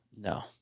No